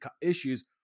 issues